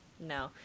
No